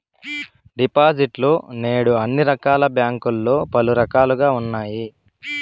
డిపాజిట్లు నేడు అన్ని రకాల బ్యాంకుల్లో పలు రకాలుగా ఉన్నాయి